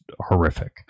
horrific